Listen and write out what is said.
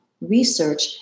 research